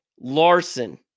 Larson